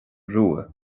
rua